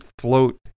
float